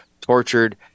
tortured